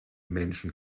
menschen